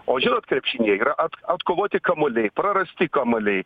o žinot krepšinyje yra atkovoti kamuoliai prarasti kamuoliai